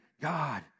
God